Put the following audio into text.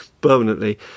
permanently